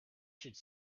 should